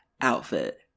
outfit